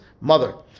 Mother